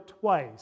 twice